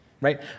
Right